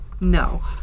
No